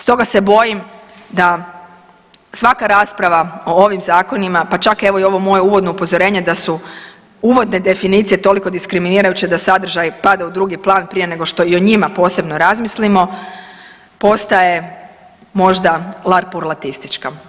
Stoga se bojim da svaka rasprava o ovim zakonima, pa čak evo i ovo moje uvodno upozorenje da su uvodne definicije toliko diskriminirajuće da sadržaj pada u drugu plan prije nego što i o njima posebno razmislimo, postaje možda larpurlartistička.